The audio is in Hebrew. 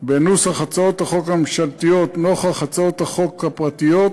בנוסח הצעות החוק הממשלתיות נוכח הצעות החוק הפרטיות,